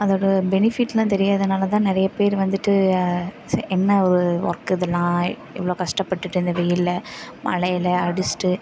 அதோடய பெனிஃபிட்டுலாம் தெரியாததினால தான் நிறைய பேர் வந்துட்டு சே என்ன ஒரு ஒர்க் இதெல்லாம் இவ்வளோ கஷ்டப்பட்டுட்டு இந்த வெயிலில் மழையில அடிச்சுட்டு